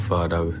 Father